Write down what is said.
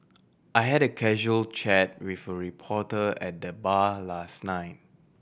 I had a casual chat with a reporter at the bar last night